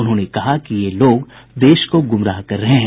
उन्होंने कहा कि ये लोग देश को गुमराह कर रहे हैं